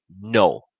no